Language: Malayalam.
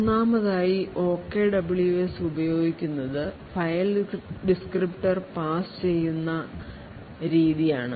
മൂന്നാമതായി ആയി OKWS ഉപയോഗിക്കുന്നത് ഫയൽ ഡിസ്ക്രിപ്റ്റർ പാസ് ചെയ്യുന്ന എന്ന രീതി ആണ്